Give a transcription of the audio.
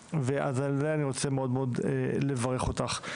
אז על זה אני רוצה מאוד מאוד לברך אותך.